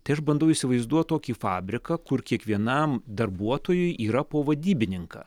tai aš bandau įsivaizduot tokį fabriką kur kiekvienam darbuotojui yra po vadybininką